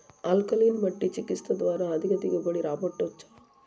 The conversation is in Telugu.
ఆల్కలీన్ మట్టి చికిత్స ద్వారా అధిక దిగుబడి రాబట్టొచ్చా